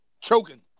choking